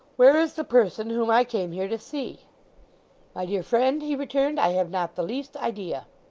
where is the person whom i came here to see my dear friend he returned, i have not the least idea